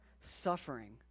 suffering